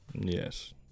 Yes